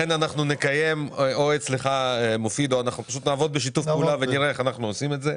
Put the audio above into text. אנחנו נעבוד בשיתוף פעולה ותראה איך אנחנו עושים את זה.